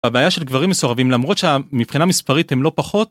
הבעיה של גברים מסורבים למרות שה... מבחינה מספרית הם לא פחות.